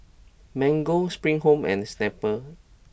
Mango Spring Home and Snapple